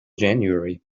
january